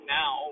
now